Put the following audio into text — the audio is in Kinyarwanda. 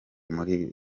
muri